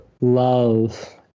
love